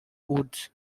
woods